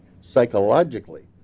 psychologically